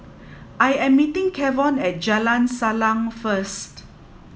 I am meeting Kevon at Jalan Salang first